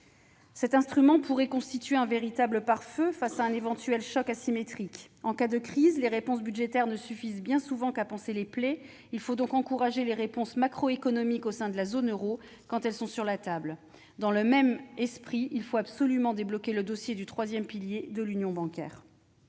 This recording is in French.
Cet instrument pourrait constituer un véritable pare-feu à un éventuel choc asymétrique. En cas de crise, les réponses budgétaires ne suffisent bien souvent qu'à panser les plaies. Il faut donc encourager les réponses macroéconomiques au sein de la zone euro. Dans le même esprit, il faut absolument débloquer le dossier du troisième pilier de l'union bancaire.